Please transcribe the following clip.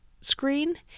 screen